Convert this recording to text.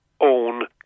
own